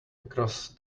across